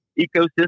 ecosystem